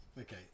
Okay